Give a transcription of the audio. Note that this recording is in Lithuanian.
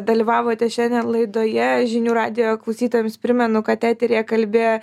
dalyvavote šiandien laidoje žinių radijo klausytojams primenu kad eteryje kalbėjo